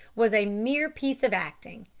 was a mere piece of acting.